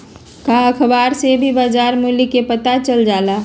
का अखबार से भी बजार मूल्य के पता चल जाला?